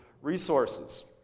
resources